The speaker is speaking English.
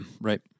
Right